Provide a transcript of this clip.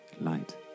light